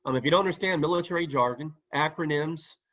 um if you don't understand military jargon, acronyms,